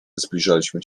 zbliżaliśmy